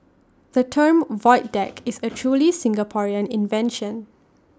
the term void deck is A truly Singaporean invention